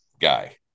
guy